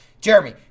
Jeremy